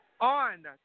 On